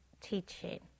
teaching